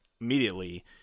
immediately